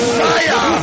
fire